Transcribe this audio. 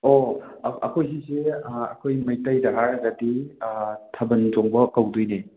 ꯑꯣ ꯑ ꯑꯩꯈꯣꯏ ꯑꯁꯤꯁꯦ ꯑꯩꯈꯣꯏ ꯃꯩꯇꯩꯗ ꯍꯥꯏꯔꯒꯗꯤ ꯊꯥꯕꯟ ꯆꯣꯡꯕ ꯀꯧꯗꯣꯏꯅꯦ